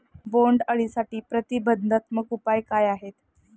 बोंडअळीसाठी प्रतिबंधात्मक उपाय काय आहेत?